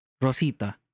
Rosita